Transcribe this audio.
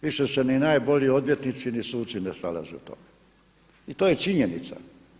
Više se ni najbolji odvjetnici ni suci ne snalaze u tome i to je činjenica.